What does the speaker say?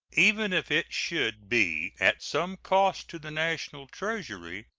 even if it should be at some cost to the national treasury,